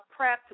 prepped